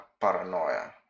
paranoia